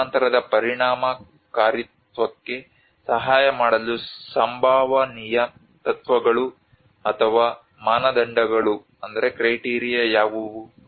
ರೂಪಾಂತರದ ಪರಿಣಾಮಕಾರಿತ್ವಕ್ಕೆ ಸಹಾಯ ಮಾಡಲು ಸಂಭವನೀಯ ತತ್ವಗಳು ಅಥವಾ ಮಾನದಂಡಗಳು ಯಾವುವು